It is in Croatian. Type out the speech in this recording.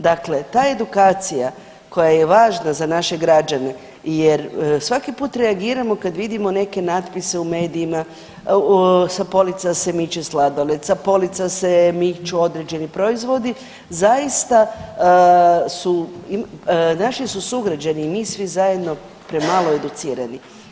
Dakle, ta edukacija koja je važna za naše građane jer svaki put reagiramo kad vidimo neke natpise u medijima, sa polica se miče sladoled, sa polica se miču određeni proizvodi, zaista su, naši su sugrađani i mi svi zajedno premalo educirani.